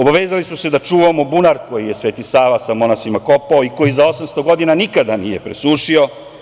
Obavezali smo se da čuvamo bunar koji je Sveti Sava sa monasima kopao i koji za 800 godina nikada nije presušio.